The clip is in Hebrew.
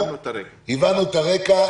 הבנו את הרקע,